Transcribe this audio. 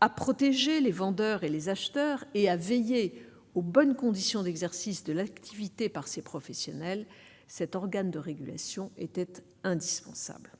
à protéger les vendeurs et les acheteurs et à veiller aux bonnes conditions d'exercice de l'activité par ces professionnels, cet organe de régulation était indispensable.